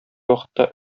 вакытта